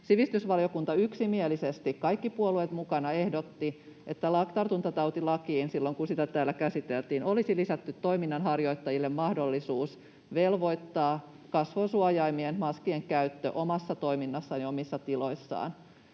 Sivistysvaliokunta yksimielisesti, kaikki puolueet mukana, ehdotti, että tartuntatautilakiin, silloin kun sitä täällä käsiteltiin, olisi lisätty toiminnanharjoittajille mahdollisuus velvoittaa kasvosuojaimien, maskien käyttöön omassa toiminnassaan ja omissa tiloissaan.